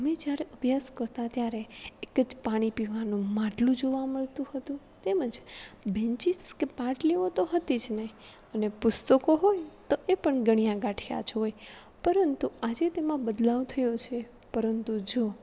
અમે જ્યારે અભ્યાસ કરતા ત્યારે એક જ પાણી પીવાનું માટલું જોવા મળતું હતું તેમજ બેન્ચીસ કે પાટલીઓ તો હતી જ નહીં અને પુસ્તકો હોય તો એ પણ ગણ્યા ગાંઠ્યા જ હોય પરંતુ આજે તેમાં બદલાવ થયો છે પરંતુ જો